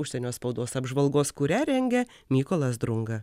užsienio spaudos apžvalgos kurią rengė mykolas drunga